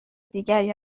دیگری